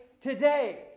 Today